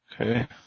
Okay